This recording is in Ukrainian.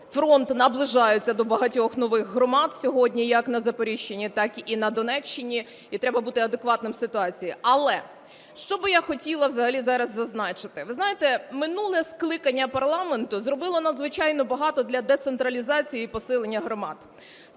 фронт наближається до багатьох нових громад сьогодні як на Запоріжчині, так і на Донеччині, і треба бути адекватним ситуації. Але що би я хотіла взагалі зараз зазначити. Ви знаєте, минуле скликання парламенту зробило надзвичайно багато для децентралізації і посилення громад.